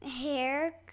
Hair